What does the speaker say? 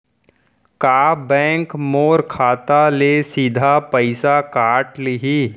का बैंक मोर खाता ले सीधा पइसा काट लिही?